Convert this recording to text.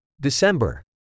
December